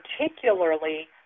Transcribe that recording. particularly